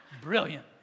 brilliant